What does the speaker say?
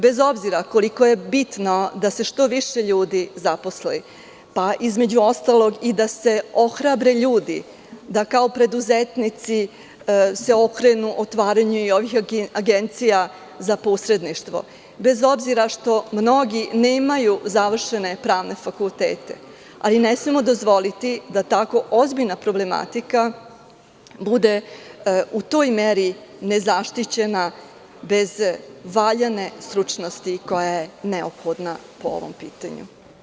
Bez obzira koliko je bitno da se što više ljudi zaposli, između ostalog i da se ohrabre ljudi, da kao preduzetnici se okrenu otvaranju i ovih agencija za posredništvo, bez obzira što mnogi nemaju završene pravne fakultete, ali ne smemo dozvoliti da tako ozbiljna problematika bude u toj meri ne zaštićeno, bez valjane stručnosti koja je neophodna po ovom pitanju.